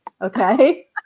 Okay